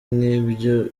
n’ibyo